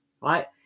right